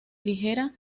ligera